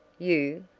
you!